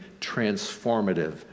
transformative